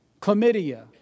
chlamydia